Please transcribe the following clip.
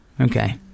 Okay